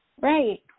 Right